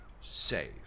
save